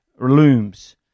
looms